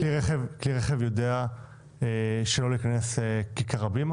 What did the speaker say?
כלי רכב יודע שלא להיכנס לכיכר הבימה